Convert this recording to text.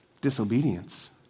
disobedience